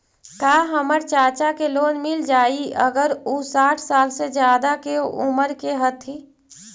का हमर चाचा के लोन मिल जाई अगर उ साठ साल से ज्यादा के उमर के हथी?